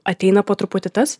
ateina po truputį tas